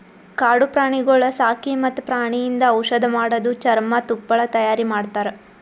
ಕಾಡು ಪ್ರಾಣಿಗೊಳ್ ಸಾಕಿ ಮತ್ತ್ ಪ್ರಾಣಿಯಿಂದ್ ಔಷಧ್ ಮಾಡದು, ಚರ್ಮ, ತುಪ್ಪಳ ತೈಯಾರಿ ಮಾಡ್ತಾರ